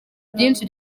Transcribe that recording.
byinshi